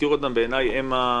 תודה.